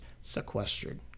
sequestered